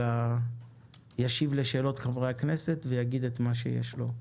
אלא ישיב לשאלות חברי הכנסת ויגיד את מה שיש לו.